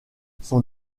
son